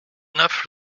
neuf